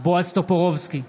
בועז טופורובסקי,